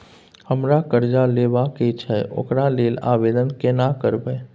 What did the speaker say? हमरा कर्जा लेबा के छै ओकरा लेल आवेदन केना करबै?